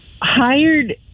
hired